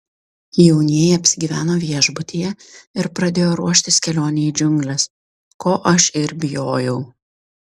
jaunieji apsigyveno viešbutyje ir pradėjo ruoštis kelionei į džiungles ko aš ir bijojau